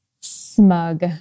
smug